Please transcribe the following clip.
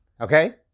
Okay